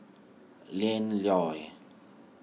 Ian Loy